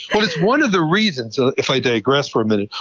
but it's one of the reasons, so if i digress for a minute,